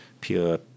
pure